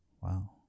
Wow